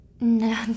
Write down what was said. no